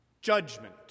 Judgment